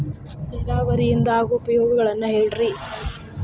ನೇರಾವರಿಯಿಂದ ಆಗೋ ಉಪಯೋಗಗಳನ್ನು ಹೇಳ್ರಿ